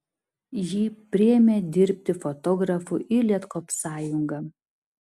jį priėmė dirbti fotografu į lietkoopsąjungą